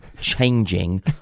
changing